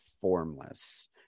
formless